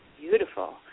beautiful